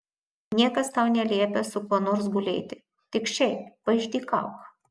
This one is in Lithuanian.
niekas tau neliepia su kuo nors gulėti tik šiaip paišdykauk